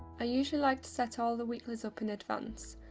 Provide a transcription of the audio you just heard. ah usually like to set all the weeklies up in advance,